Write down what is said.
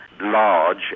large